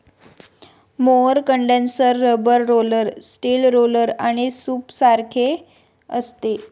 mower condenser rubber roller, steel roller आणि सूपसारखे असते